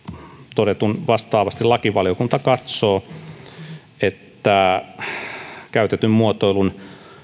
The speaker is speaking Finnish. todettua vastaavasti lakivaliokunta katsoo että käytetyn muotoilun